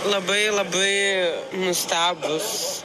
labai labai nustebus